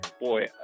boy